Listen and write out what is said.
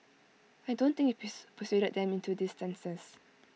I don't think he persuaded them into these stances